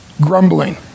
grumbling